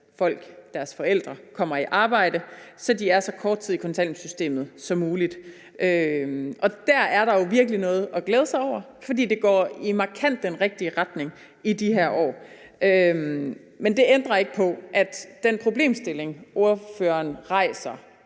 deres forældre kommer i arbejde, så de er så kort tid i kontanthjælpssystemet som muligt. Der er der jo virkelig noget at glæde sig over, for det går markant i den rigtige retning i de her år. Men det ændrer ikke på, at den problemstilling, ordføreren rejser,